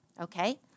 Okay